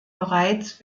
bereits